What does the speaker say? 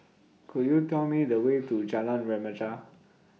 Could YOU Tell Me The Way to Jalan Remaja